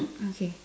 okay